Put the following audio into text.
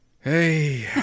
Hey